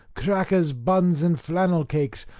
crackers, buns, and flannel-cakes,